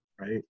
Right